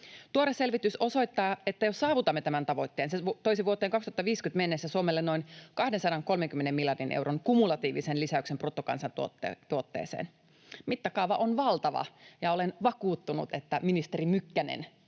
Tuore selvitys osoittaa, että jos saavutamme tämän tavoitteen, se toisi vuoteen 2050 mennessä Suomelle noin 230 miljardin euron kumulatiivisen lisäyksen bruttokansantuotteeseen. Mittakaava on valtava, ja olen vakuuttunut, että ministeri Mykkänen